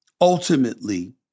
ultimately